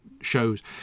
shows